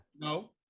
No